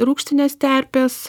rūgštinės terpės